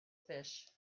fish